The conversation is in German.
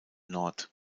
nord